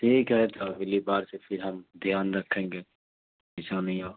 ٹھیک ہے تو اگلی بار سے پھر ہم دھیان رکھیں گے ایسا نہیں ہو